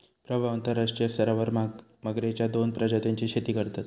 प्रभाव अंतरराष्ट्रीय स्तरावर मगरेच्या दोन प्रजातींची शेती करतत